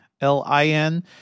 l-i-n